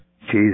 Jesus